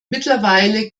mittlerweile